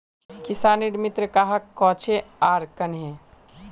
किसानेर मित्र कहाक कोहचे आर कन्हे?